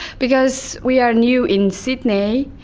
because we are new in sydney,